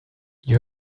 you